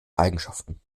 eigenschaften